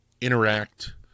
interact